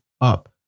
up